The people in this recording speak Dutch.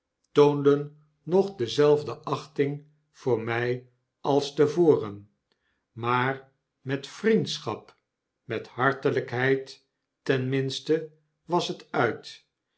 toonden nog dezelfde achting voor mij als te voren maar met vriendschap met hartelpheid ten minste was het uit